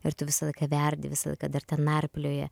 ir tu visą laiką verdi visą laiką dar ten narplioji